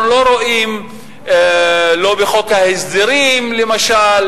אנחנו לא רואים בחוק ההסדרים למשל,